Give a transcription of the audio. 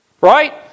Right